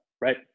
right